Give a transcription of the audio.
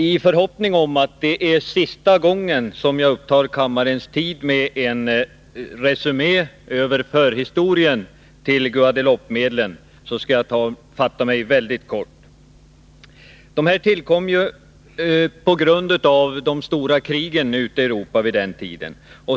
I förhoppning om att det är sista gången som jag upptar kammarens tid med en resumé över förhistorien till Guadeloupemedlen skall jag fatta mig mycket kort. Medlen tillkom i samband med de stora krigen i Europa vid den tiden.